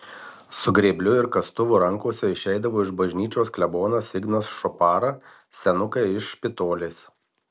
su grėbliu ir kastuvu rankose išeidavo iš bažnyčios klebonas ignas šopara senukai iš špitolės